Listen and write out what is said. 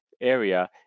area